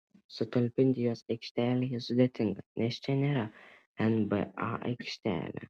sutalpinti juos aikštelėje sudėtinga nes čia nėra nba aikštelė